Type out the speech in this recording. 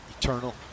Eternal